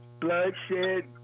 bloodshed